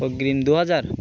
অগ্রিম দু হাজার